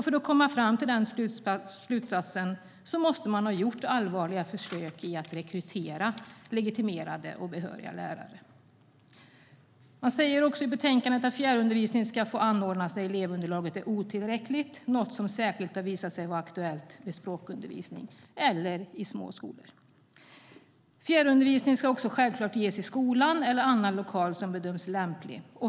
För att komma fram till den slutsatsen måste man ha gjort allvarliga försök att rekrytera legitimerade och behöriga lärare. Fjärrundervisning ska självklart ges i skolan eller i annan lokal som bedöms lämplig.